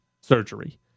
surgery